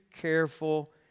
careful